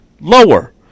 lower